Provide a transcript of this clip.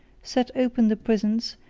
set open the prisons,